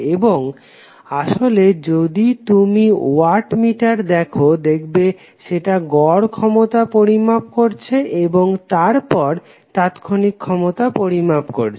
এবং আসলে যদি তুমি ওয়াট মিটার দেখো দেখবে সেটা গড় ক্ষমতা পরিমাপ করছে এবং তার পর তাৎক্ষণিক ক্ষমতা পরিমাপ করছে